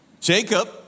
Jacob